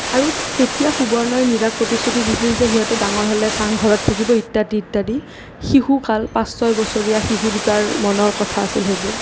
আৰু তেতিয়া সুবৰ্ণই মীৰাক প্ৰতিশ্ৰুতি দিছিল যে সিহঁতে ডাঙৰ হ'লে চাং ঘৰত থাকিব ইত্যাদি ইত্যাদি শিশুকাল পাঁচ ছয় বছৰীয়া শিশু দুটাৰ মনৰ কথা আছিল সেইবোৰ